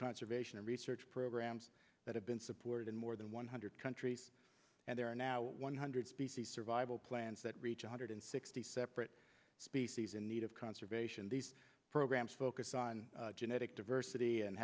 conservation and research programs that have been supported in more than one hundred countries and there are now one hundred species survival plans that reach one hundred sixty separate species in need of conservation these programs focus on genetic diversity and